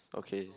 okay